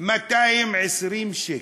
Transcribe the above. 220 שקל.